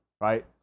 right